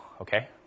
Okay